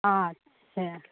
अच्छा